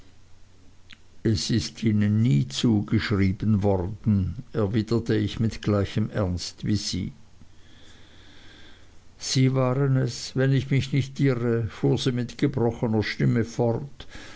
es ist ihnen nie zugeschrieben worden erwiderte ich mit gleichem ernst wie sie sie waren es wenn ich mich nicht irre fuhr sie mit gebrochener stimme fort